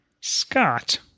Scott